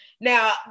Now